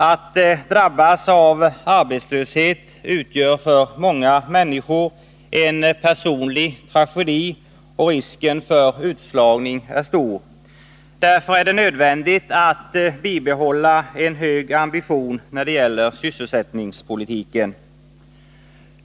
Att drabbas av arbetslöshet innebär för många människor en personlig tragedi. Risken för utslagning är stor. Därför är det nödvändigt att bibehålla en hög ambition när det gäller sysselsättningspolitiken.